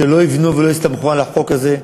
שלא יבנו ולא יסתמכו על החוק הזה.